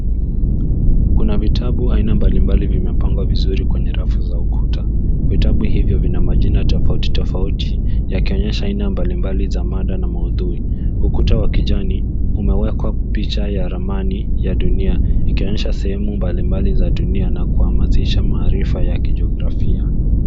Kuna vitabu aina mbalimbali vimepangwa kwenye rafu za ukuta. Vitabu hivyo vina majina tofauti tofauti yakionyesha aina mbalimbali za mada na maudhui. Ukuta wa kijani umewekwa picha ya ramani ya dunia ikionyesha sehemu mbalimbali za dunia na kuhamasisha maarifa ya kijeografia.